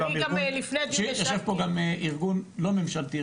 יושב פה גם ארגון לא ממשלתי,